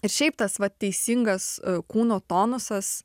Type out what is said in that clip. ir šiaip tas va teisingas kūno tonusas